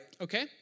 Okay